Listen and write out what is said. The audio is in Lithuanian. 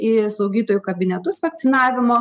į slaugytojų kabinetus vakcinavimo